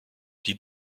die